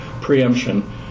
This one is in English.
preemption